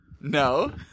No